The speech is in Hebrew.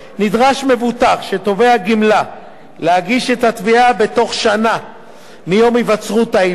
נדרש מבוטח שתובע גמלה להגיש את התביעה בתוך שנה מיום היווצרות העילה.